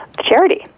charity